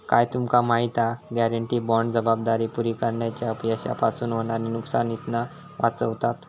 काय तुमका माहिती हा? गॅरेंटी बाँड जबाबदारी पुरी करण्याच्या अपयशापासून होणाऱ्या नुकसानीतना वाचवता